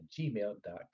gmail.com